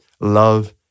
love